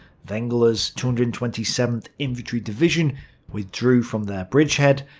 wengler's two hundred and twenty seventh infantry division withdrew from their bridgehead,